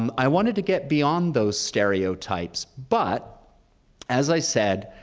um i wanted to get beyond those stereotypes, but as i said,